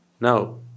Now